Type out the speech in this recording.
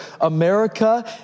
America